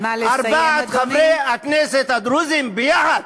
ארבעת חברי הכנסת הדרוזים יחד,